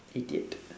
idiot